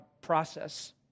process